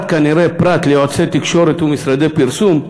פרט ליועצי תקשורת ומשרדי פרסום,